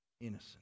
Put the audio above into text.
innocent